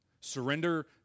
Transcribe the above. surrender